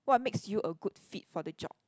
what makes you a good fit for the job